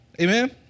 Amen